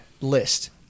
list